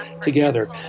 together